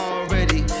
Already